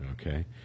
Okay